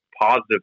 positive